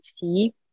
see